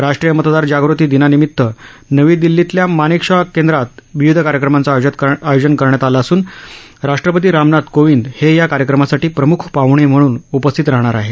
राष्ट्रीय मतदार दिनानिमित नवी दिल्लीतल्या मानेकशॉ केंद्रात विविध कार्यक्रमांचं आयोजन करण्यात आलं असून राष्ट्रपती रामनाथ कोविंद हे या कार्यक्रमासाठी प्रम्ख पाह्णे म्हणून उपस्थित राहाणार आहेत